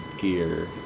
gear